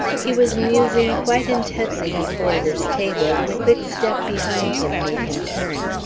he was musing quite intently before this table when a quick step behind him made him turn.